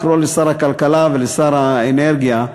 לקרוא לשר הכלכלה ולשר האנרגיה,